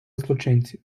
злочинців